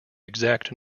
exact